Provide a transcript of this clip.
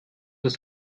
das